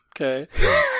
Okay